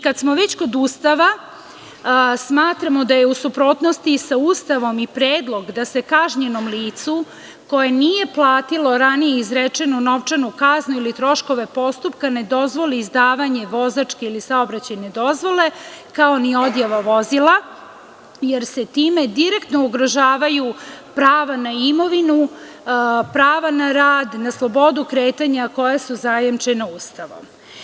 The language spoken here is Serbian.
Kada smo već kod Ustava, smatramo da je u suprotnosti sa Ustavom i predlog da se kažnjenom licu, koje nije platilo ranije izrečenu novčanu kaznu ili troškove postupka, ne dozvoli izdavanje vozačke ili saobraćajne dozvole, kao ni odjava vozila, jer se time direktno ugrožavaju prava na imovinu, prava na rad, slobodu kretanja, a koja su zajemčena Ustavom.